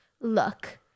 Look